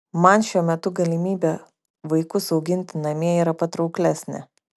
man šiuo metu galimybė vaikus auginti namie yra patrauklesnė